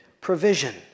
provision